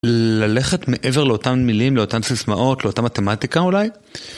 ללכת מעבר לאותם מילים, לאותן סיסמאות, לאותה מתמטיקה אולי?